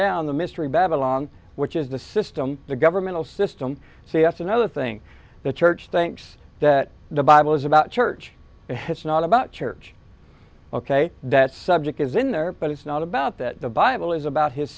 down the mystery babylon which is the system the governmental system see that's another thing the church thinks that the bible is about church not about church ok that subject is in there but it's not about that the bible is about his